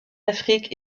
afrique